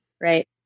right